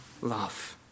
love